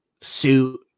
suit